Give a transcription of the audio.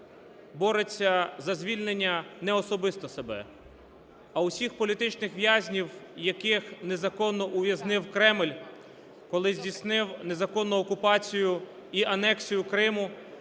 бореться за звільнення не особисто себе, а усіх політичних в'язнів, яких незаконно ув'язнив Кремль, коли здійснив незаконну окупацію і анексію Криму,